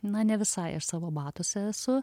na ne visai aš savo batuose esu